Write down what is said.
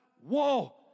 Whoa